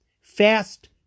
fast